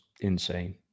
insane